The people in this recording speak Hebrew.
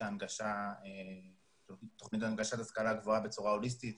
הנגשה ההשכלה הגבוהה בצורה הוליסטית,